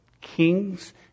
kings